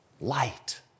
light